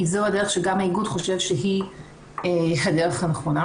כי זו הדרך שגם האיגוד חושב שהיא הדרך הנכונה.